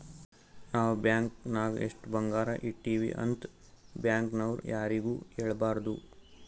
ನಾವ್ ಬ್ಯಾಂಕ್ ನಾಗ್ ಎಷ್ಟ ಬಂಗಾರ ಇಟ್ಟಿವಿ ಅಂತ್ ಬ್ಯಾಂಕ್ ನವ್ರು ಯಾರಿಗೂ ಹೇಳಬಾರ್ದು